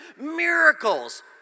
Miracles